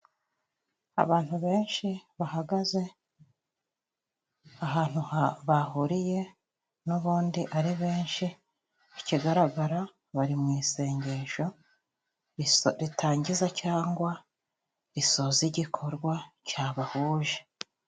Abantu benshi bahagaze ahantu bahuriye n'ubundi ari benshi, ikigaragara bari mu isengesho ritangiza cyangwa risoza igikorwa cyabahuje.